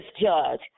judge